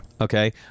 okay